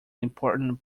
important